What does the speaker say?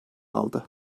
aldı